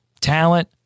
talent